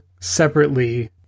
Separately